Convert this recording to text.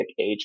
age